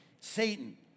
Satan